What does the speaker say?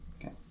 Okay